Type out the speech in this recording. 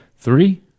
Three